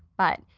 but,